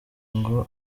ngo